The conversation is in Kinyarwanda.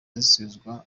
zisubizwa